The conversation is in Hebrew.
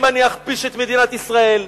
אם אני אכפיש את מדינת ישראל,